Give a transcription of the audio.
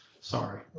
Sorry